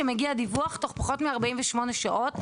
ברגע שמגיע דיווח, תוך פחות מ-48 שעות.